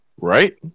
Right